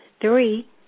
three